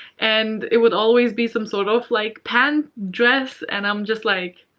and it would always be some sort of, like, pant, dress and i'm just like